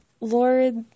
Lord